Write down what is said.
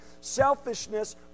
selfishness